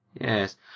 Yes